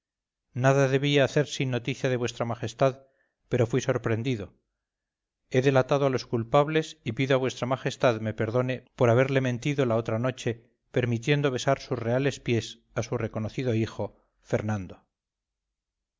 nada debía hacer sin noticia de v m pero fui sorprendido he delatado a los culpables y pido a v m me perdone por haberle mentido la otra noche permitiendo besar sus reales pies a su reconocido hijo fernando